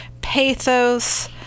Pathos